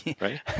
right